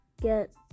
get